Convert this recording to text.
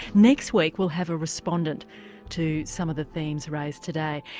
next week we'll have a respondent to some of the themes raised today.